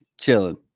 Chilling